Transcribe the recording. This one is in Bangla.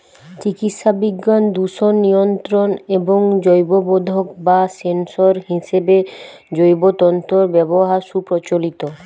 চিকিৎসাবিজ্ঞান, দূষণ নিয়ন্ত্রণ এবং জৈববোধক বা সেন্সর হিসেবে জৈব তন্তুর ব্যবহার সুপ্রচলিত